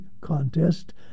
contest